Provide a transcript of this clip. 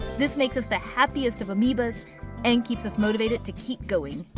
this makes us the happiest of amoebas and keeps us motivated to keep going!